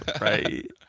Right